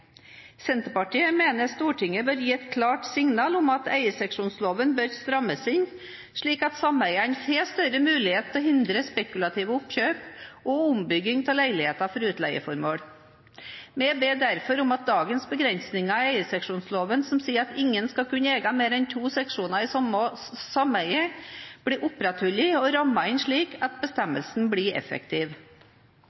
Senterpartiet mener Stortinget bør gi et klart signal om at eierseksjonsloven bør strammes inn slik at sameiene får større mulighet til å hindre spekulative oppkjøp og ombygging av leiligheter for utleieformål. Vi ber derfor om at dagens begrensninger i eierseksjonsloven som sier at ingen skal kunne eie mer enn to seksjoner i samme sameie, blir opprettholdt og rammet inn slik at